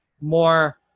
more